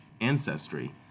ancestry